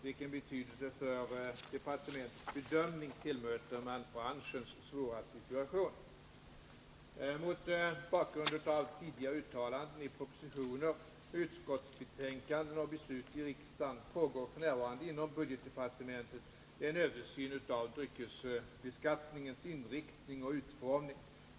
Vilken betydelse för departementets bedömning tillmäter man branschens svåra situation? Mot bakgrund av tidigare uttalanden i propositioner, utskottsbetänkanden och beslut i riksdagen pågår f. n. inom budgetdepartementet en översyn av dryckesbeskattningens inriktning och utformning.